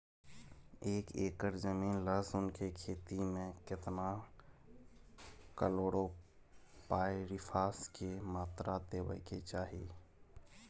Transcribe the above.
एक एकर जमीन लहसुन के खेती मे केतना कलोरोपाईरिफास के मात्रा देबै के चाही?